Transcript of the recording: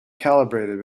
calibrated